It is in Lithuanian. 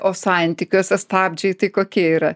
o santykiuose stabdžiai tai kokie yra